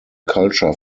culture